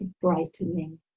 brightening